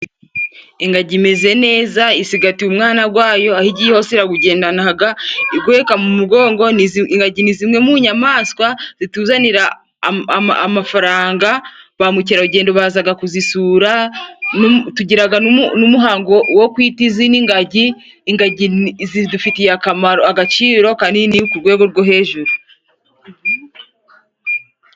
Ingagi imeze neza isigatiwe umwana gwayo, aho igiye hose iragugendanaga iguheka mu mugongo. Ingagi ni zimwe mu nyamaswa zituzanira amafaranga, ba mukeragendo bazaga kuzisura, tugiraga n'umuhango wo kwita izina ingagi. Ingagi zidufitiye akamaro, agaciro kanini ku rwego rwo hejuru.